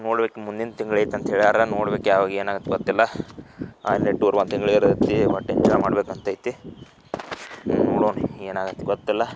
ನೋಡ್ಬೇಕು ಮುಂದಿನ ತಿಂಗ್ಳು ಐತೆ ಅಂತ ಹೇಳ್ಯಾರೆ ನೋಡ್ಬೇಕು ಯಾವಾಗ ಏನಾಗತ್ತೆ ಗೊತ್ತಿಲ್ಲ ಆದರೆ ಟೂರ್ ಒಂದು ತಿಂಗ್ಳು ಇರುತ್ತೆ ಹಾಲ್ಟಿಂಗೆಲ್ಲ ಮಾಡಬೇಕಂತ ಐತಿ ನೋಡೋಣ ಏನು ಆಗತ್ತೆ ಗೊತ್ತಿಲ್ಲ